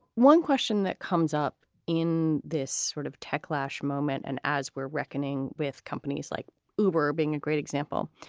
one question that comes up in this sort of tech lash moment and as we're reckoning with companies like uber being a great example